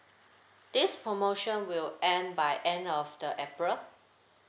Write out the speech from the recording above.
this promotion will end by end of the april